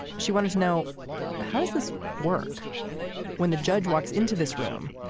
she wanted to know how does this work when the judge walks into this room.